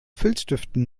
filzstiften